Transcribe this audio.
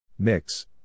Mix